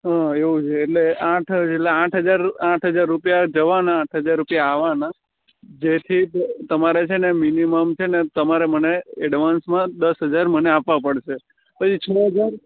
હં એવું છે એટલે આઠ એટલે આઠ હજાર આઠ હજાર રૂપિયા જવાના આઠ હજાર રૂપિયા આવવાના જેથી તમારે છે ને મિનિમમ છે ને તમારે મને એડવાન્સમાં દસ હજાર મને આપવા પડશે પછી છ હજાર